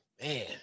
man